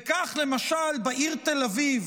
וכך למשל, בעיר תל אביב,